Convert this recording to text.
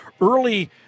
early